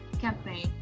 campaign